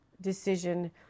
decision